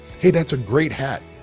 hey, that's a great hat.